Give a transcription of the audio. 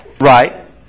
Right